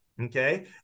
Okay